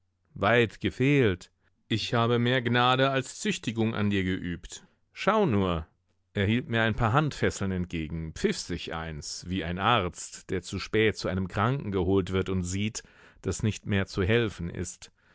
weit gefehlt ich habe mehr gnade als züchtigung an dir geübt schau nur er hielt mir ein paar handfesseln entgegen pfiff sich eins wie ein arzt der zu spät zu einem kranken geholt wird und sieht daß nicht mehr zu helfen ist